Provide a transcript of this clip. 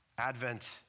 Advent